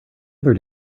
other